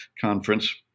Conference